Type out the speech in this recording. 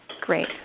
Great